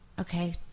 okay